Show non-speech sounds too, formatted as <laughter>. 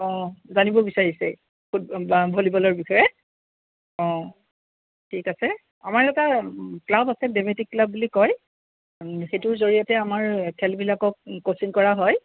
অঁ জানিব বিচাৰিছে <unintelligible> ভলিবলৰ বিষয়ে অঁ ঠিক আছে আমাৰ এটা ক্লাব আছে ড্ৰেমেটিক ক্লাব বুলি কয় অঁ সেইটোৰ জৰিয়তে আমাৰ খেলবিলাকক কচিং কৰা হয়